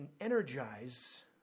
energize